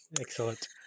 Excellent